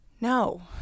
no